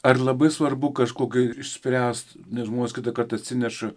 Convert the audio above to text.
ar labai svarbu kažkokį išspręst nes žmonės kitąkart atsineša